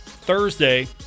Thursday